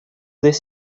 this